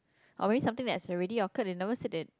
or maybe something that has already occurred they never said that